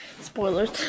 Spoilers